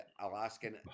Alaskan